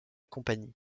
compagnie